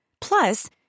Plus